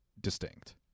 distinct